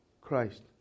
Christ